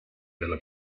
della